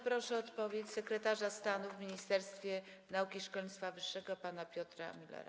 Proszę o odpowiedź sekretarza stanu w Ministerstwie Nauki i Szkolnictwa Wyższego pana Piotra Müllera.